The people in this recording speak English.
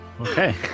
Okay